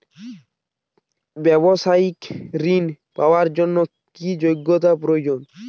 ব্যবসায়িক ঋণ পাওয়ার জন্যে কি যোগ্যতা প্রয়োজন?